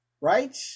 right